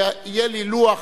יהיה לי לוח